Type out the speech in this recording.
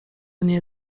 nie